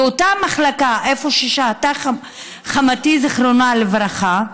באותה מחלקה, איפה ששהתה חמותי, זיכרונה לברכה,